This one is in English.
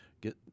get